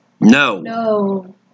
No